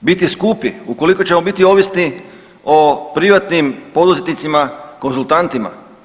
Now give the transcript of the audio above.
biti skupi, ukoliko ćemo biti ovisni o privatnim poduzetnicima, konzultantima.